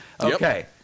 Okay